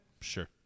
Sure